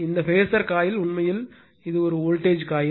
இந்த பேசர் காயில் உண்மையில் இது ஒரு வோல்டேஜ் காயில்